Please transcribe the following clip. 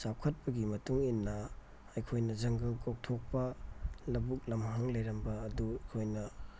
ꯆꯥꯎꯈꯠꯄꯒꯤ ꯃꯇꯨꯡ ꯏꯟꯅ ꯑꯩꯈꯣꯏꯅ ꯖꯪꯒꯜ ꯀꯣꯛꯊꯣꯛꯄ ꯂꯧꯕꯨꯛ ꯂꯝꯍꯥꯡ ꯂꯩꯔꯝꯕ ꯑꯗꯨ ꯑꯩꯈꯣꯏꯅ